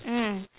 mm